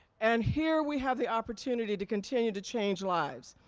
and here we have the opportunity to continue to change lives.